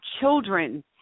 children